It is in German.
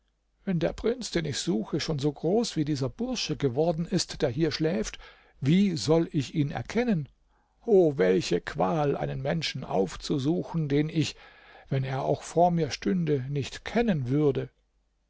wenn der prinz den ich suche schon so groß wie dieser bursche geworden ist der hier schläft wie soll ich ihn erkennen o welche qual einen menschen aufzusuchen den ich wenn er auch vor mir stünde nicht kennen würde